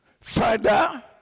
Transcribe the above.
father